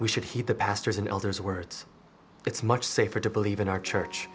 we should heed the pastors and elders words it's much safer to believe in our church